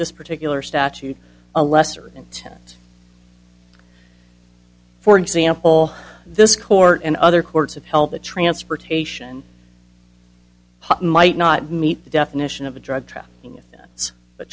this particular statute a lesser intent for example this court and other courts have held the transportation might not meet the definition of a drug trafficking